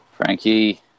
Frankie